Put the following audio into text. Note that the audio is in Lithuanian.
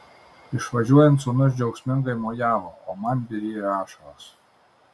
išvažiuojant sūnus džiaugsmingai mojavo o man byrėjo ašaros